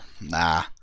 nah